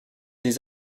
des